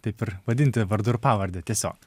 taip ir vadinti vardu ir pavarde tiesiog